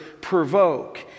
provoke